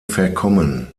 verkommen